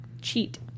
cheat